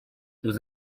was